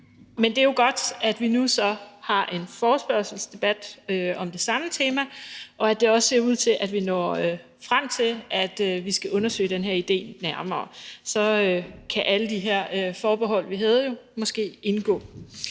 Men det er jo godt, at vi så nu har en forespørgselsdebat om det samme tema, og at det også ser ud til, at vi når frem til, at vi skal undersøge den her idé nærmere. Så kan alle de forbehold, vi havde, måske indgå.